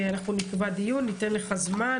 אנחנו נקבע דיון ניתן לכם זמן